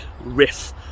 riff